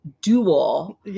dual